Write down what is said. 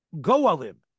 go'alim